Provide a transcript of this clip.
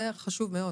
זה חשוב מאוד.